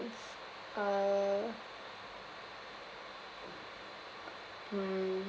uh mm